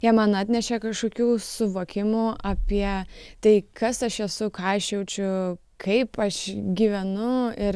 jie man atnešė kažkokių suvokimų apie tai kas aš esu ką aš jaučiu kaip aš gyvenu ir